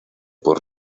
por